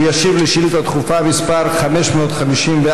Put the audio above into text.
הוא ישיב על שאילתה דחופה מס' 554,